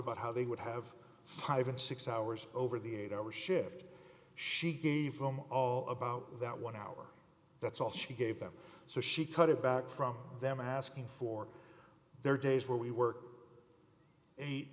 about how they would have five and six hours over the eight hour shift she gave them all about that one hour that's all she gave them so she cut it back from them asking for their days where we were eight